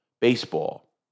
baseball